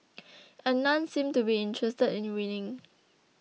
and none seemed to be interested in winning